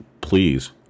please